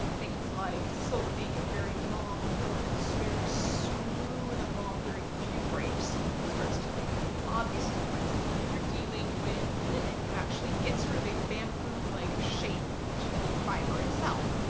things like silk being a very long filaments, very smooth and long very few breaks, starts to make an obvious difference. if you're dealing with linen, you actually get sort of a bamboo like shape to the fibre itself.